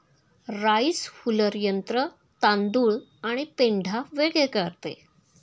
rice huller यंत्र तांदूळ आणि पेंढा वेगळे करते